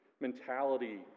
mentality